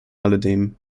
alledem